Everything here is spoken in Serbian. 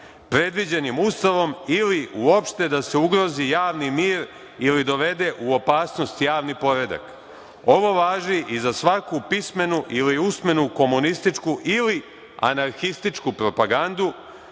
predviđenim Ustavom ili uopšte da se ugrozi javni mir ili dovede u opasnost javni poredak.40/1 MZ/IR 17.40 – 17.50Ovo važi i za svaku pismenu ili usmenu, komunističku ili anarhističku propagandu,